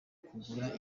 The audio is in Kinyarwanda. kugura